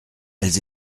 elles